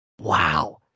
Wow